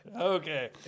Okay